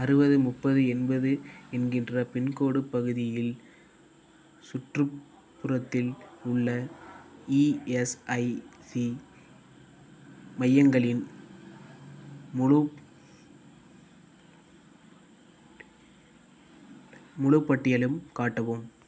அறுபது முப்பது எண்பது என்கின்ற பின்கோடு பகுதியில் சுற்றுப்புறத்தில் உள்ள இஎஸ்ஐசி மையங்களின் முழுப் முழுப் பட்டியலும் காட்டவும்